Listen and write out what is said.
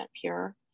pure